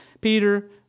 Peter